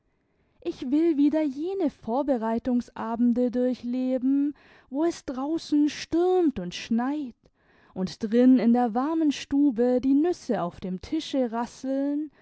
ich will wieder jene vorbereitungsabende durchleben wo es draußen stürmt und schneit und drin in der warmen stube die nüsse auf dem tische rasseln